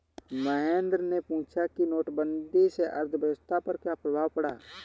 महेंद्र ने पूछा कि नोटबंदी से अर्थव्यवस्था पर क्या प्रभाव पड़ा